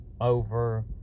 over